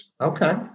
okay